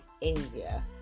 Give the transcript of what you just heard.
India